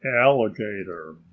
alligator